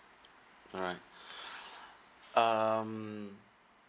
alright um